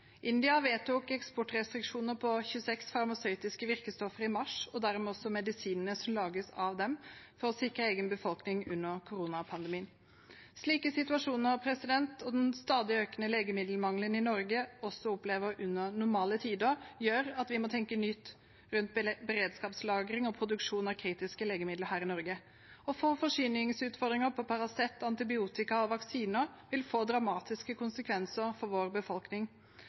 India vedtok eksportrestriksjoner på 26 farmasøytiske virkestoffer i mars, og dermed også medisinene som lages av dem, for å sikre egen befolkning under koronapandemien. Slike situasjoner og den stadig økende legemiddelmangelen i Norge som vi også opplever i normale tider, gjør at vi må tenke nytt rundt beredskapslagring og produksjon av kritiske legemidler her i Norge. Forsyningsutfordringer av Paracet, antibiotika og vaksiner vil få dramatiske konsekvenser for vår befolkning.